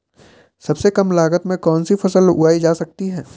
सबसे कम लागत में कौन सी फसल उगाई जा सकती है